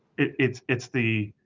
it's it's the,